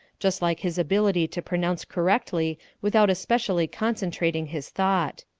just like his ability to pronounce correctly without especially concentrating his thought.